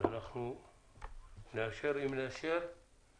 אם נאשר, זה יהיה